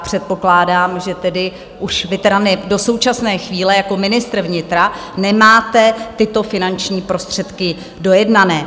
Předpokládám, že vy tedy do současné chvíle jako ministr vnitra nemáte tyto finanční prostředky dojednané.